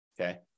Okay